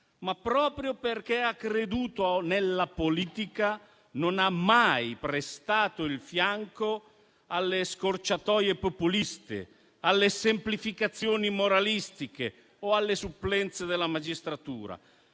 Ma, proprio perché ha creduto nella politica, non ha mai prestato il fianco alle scorciatoie populiste, alle semplificazioni moralistiche o alle supplenze della magistratura